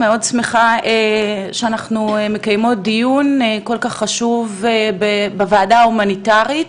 אני מאוד שמחה שאנחנו מקיימות דיון כל כך חשוב בוועדה ההומניטארית.